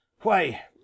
Why